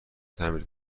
تعمیر